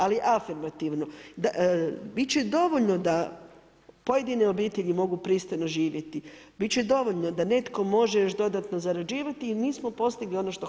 Ali, afirmativno, biti će dovoljno da pojedine obitelji mogu pristojno živjeti, biti će dovoljno, da netko može još dodatno zarađivati i mi smo postigli ono što hoćemo.